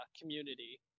community